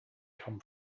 come